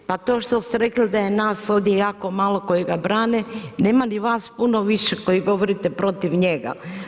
Pa to što ste rekli da je nas ovdje jako malo koji ga brane, nema ni vas puno više koji govorite protiv njega.